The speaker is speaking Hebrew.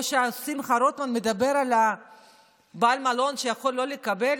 או כששמחה רוטמן מדבר על בעל מלון שיכול לא לקבל,